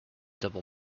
double